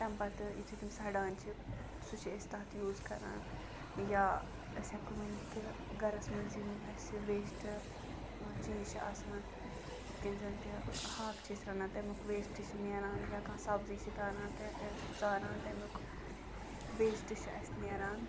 تَمہِ پَتہٕ یُتھُے تِم سڑان چھِ سُہ چھِ أسۍ تَتھ یوٗز کَران یا أسۍ ہٮ۪کو ؤنِتھ کہِ گَرَس منٛز یِم اَسہِ ویسٹہٕ چیٖز چھِ آسان یِتھ کٔنۍ زَںہٕ تہِ ہاکھ چھِ أسۍ رَنان تَمیُک ویسٹہٕ چھِ نیران یا کانٛہہ سبزی چھِ تاران تہٕ ژاران تَمیُک ویسٹہٕ چھُ اَسہِ نیران